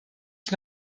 ich